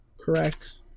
Correct